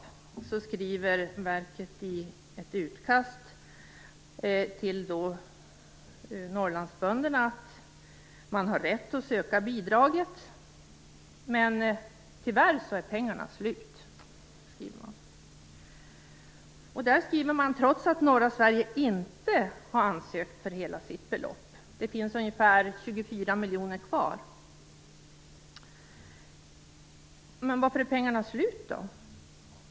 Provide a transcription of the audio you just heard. I ett utkast skriver verket till Norrlandsbönderna att de har rätt att söka bidraget, men tyvärr är pengarna slut. Detta skriver man trots att norra Sverige inte har ansökt om hela sitt belopp. Det finns ungefär 24 miljoner kronor kvar. Men varför är pengarna slut?